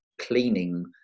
cleaning